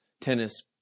tennis